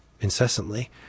incessantly